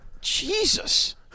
Jesus